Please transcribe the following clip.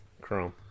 Chrome